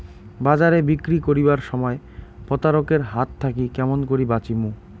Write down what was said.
বাজারে বিক্রি করিবার সময় প্রতারক এর হাত থাকি কেমন করি বাঁচিমু?